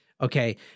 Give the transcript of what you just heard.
Okay